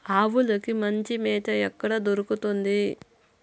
ఆవులకి మంచి మేత ఎక్కడ దొరుకుతుంది?